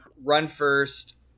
run-first